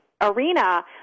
arena